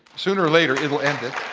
sooner or later, it will end it.